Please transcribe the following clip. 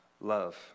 love